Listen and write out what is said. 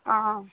हाँ